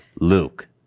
Luke